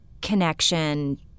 connection